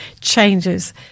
changes